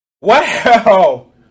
Wow